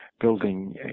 building